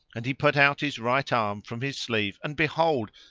and he put out his right arm from his sleeve and behold,